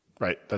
Right